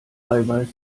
eiweiß